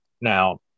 Now